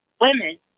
Women